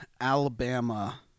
alabama